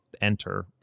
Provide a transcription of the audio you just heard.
enter